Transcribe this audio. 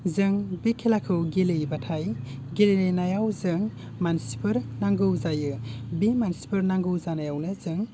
जों बे खेलाखौ गेलेयोबाथाय गेलेनायाव जों मानसिफोर नांगौ जायो बे मानसिफोर नांगौ जानायावनो जों